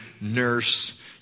nurse